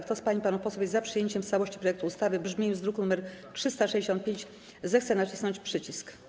Kto z pań i panów posłów jest za przyjęciem w całości projektu ustawy w brzmieniu z druku nr 365, zechce nacisnąć przycisk.